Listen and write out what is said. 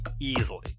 Easily